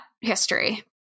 history